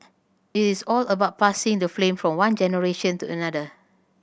its all about passing the flame from one generation to another